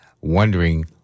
wondering